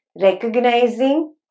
recognizing